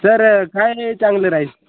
sir काय चांगलं राहील